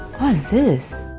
is this?